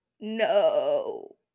No